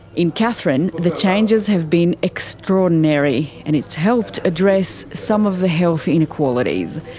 in katherine, the changes have been extraordinary and it's helped address some of the health inequalities.